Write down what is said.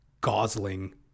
gosling